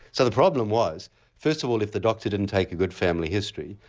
so the problem was first of all if the doctor didn't take a good family history,